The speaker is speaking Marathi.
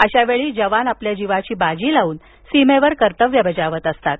अशा वेळी जवान आपल्या जीवाची बाजी लावून सीमेवर कर्तव्य बजावत असतात